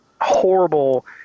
horrible